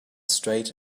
straight